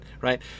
right